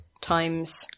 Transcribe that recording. times